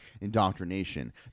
indoctrination